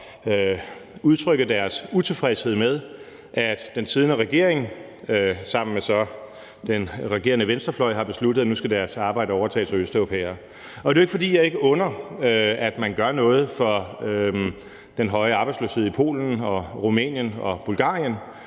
udtrykke deres utilfredshed med, at den siddende regering så sammen med den regerende venstrefløj har besluttet, at nu skal deres arbejde overtages af østeuropæere, og det er jo ikke, fordi jeg ikke under, at man gør noget for den høje arbejdsløshed i Polen, Rumænien og Bulgarien,